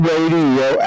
Radio